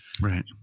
Right